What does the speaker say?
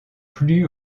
plus